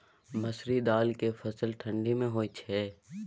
मसुरि दाल के फसल ठंडी मे होय छै?